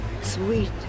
sweet